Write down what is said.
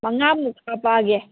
ꯃꯉꯥꯃꯨꯛ ꯍꯥꯞꯄꯛꯑꯒꯦ